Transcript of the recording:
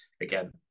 again